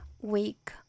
week